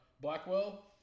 Blackwell